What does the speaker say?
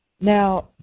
Now